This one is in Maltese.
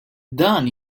dan